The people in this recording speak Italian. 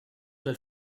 del